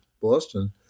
Boston